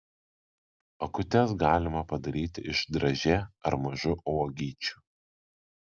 akutes galima padaryti iš dražė ar mažų uogyčių